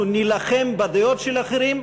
אנחנו נילחם בדעות של אחרים,